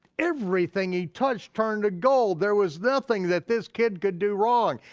everything he touched turned to gold. there was nothing that this kid could do wrong.